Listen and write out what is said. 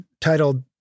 titled